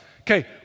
Okay